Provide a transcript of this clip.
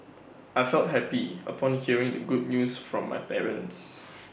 I felt happy upon hearing the good news from my parents